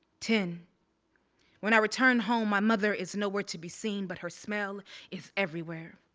ten when i return home, my mother is nowhere to be seen, but her smell is everywhere.